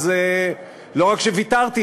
אז לא רק שוויתרתי,